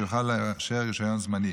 שיוכל לאשר רישיון זמני